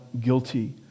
guilty